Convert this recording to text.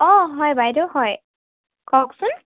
অঁ হয় বাইদেউ হয় কওকচোন